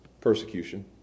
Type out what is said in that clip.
Persecution